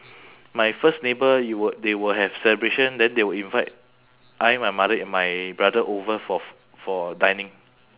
my first neighbour you will they will have celebration then they will invite I my mother and my brother over for f~ for dining